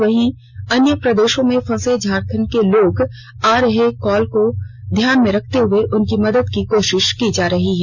यहां अन्य प्रदेषों में फंसे झारखंड के लोगों के आ रहे कॉल के ध्यान में रखते हुए उनकी मदद करने की कोषिष की जा रही है